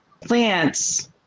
plants